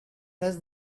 does